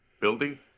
building